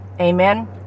Amen